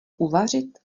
uvařit